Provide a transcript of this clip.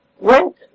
went